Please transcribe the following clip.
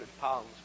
pounds